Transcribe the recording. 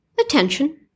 attention